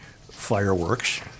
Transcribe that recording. fireworks